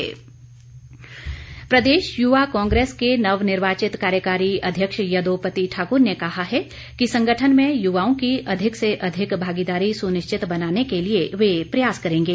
युवा कांग्रेस प्रदेश युवा कांग्रेस के नव निर्वाचित कार्यकारी अध्यक्ष यदोपति ठाकुर ने कहा है कि संगठन में युवाओं की अधिक से अधिक भागीदारी सुनिश्चित बनाने के लिए वे प्रयास करेंगे